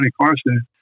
Carson